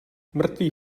mrtvý